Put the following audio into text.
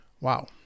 Wow